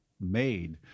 made